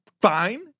fine